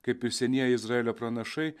kaip ir senieji izraelio pranašai